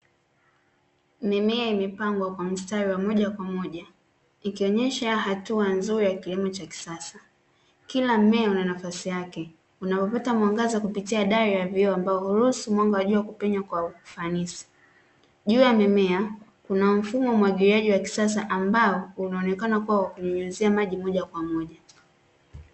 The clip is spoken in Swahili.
Mimea imepangwa kwa mstari wa moja kwa moja ikionyesha hatua nzuri ya kilimo cha kisasa. Kila mmea una nafasi yake unaopata mwangaza kupitia dari la vioo ambao huruhusu mwanga wa jua kupenya kwa ufanisi. Juu ya mimea kuna mfumo wa umwagiliaji wa kisasa ambao unaonekana kuwa wa kunyunyizia maji moja kwa moja.